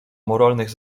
moralnych